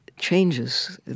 changes